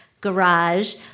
Garage